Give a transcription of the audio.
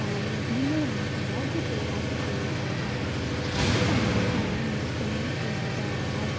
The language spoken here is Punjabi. ਪਾਣੀ ਦਿਨ ਰਾਤ ਵੱਧ ਤੋਂ ਵੱਧ ਪੀਣਾ ਚਾਹੀਦਾ ਹੈ ਵੱਧ ਪਾਣੀ ਪੀਣ ਨੂੰ ਚੰਗੀ ਸਿਹਤ ਦਾ ਰਾਜ਼